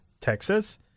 Texas